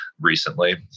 recently